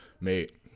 Mate